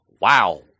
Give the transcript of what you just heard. wow